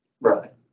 Right